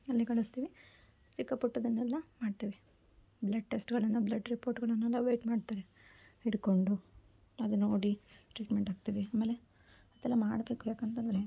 ಅಲ್ಲಿಗೆ ಕಳಿಸ್ತೀವಿ ಚಿಕ್ಕ ಪುಟ್ಟದ್ದನ್ನೆಲ್ಲ ಮಾಡ್ತೇವೆ ಬ್ಲಡ್ ಟೆಸ್ಟ್ಗಳನ್ನು ಬ್ಲಡ್ ರಿಪೋರ್ಟ್ಗಳನ್ನೆಲ್ಲ ವೇಯ್ಟ್ ಮಾಡ್ತಾರೆ ಹಿಡ್ಕೊಂಡು ಅದನ್ನು ನೋಡಿ ಟ್ರೀಟ್ಮೆಂಟ್ ಹಾಕ್ತೇವೆ ಆಮೇಲೆ ಅದೆಲ್ಲ ಮಾಡಬೇಕು ಏಕಂತಂದ್ರೆ